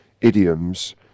idioms